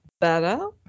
better